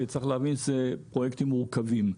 צריך להבין שאלה פרויקטים מורכבים,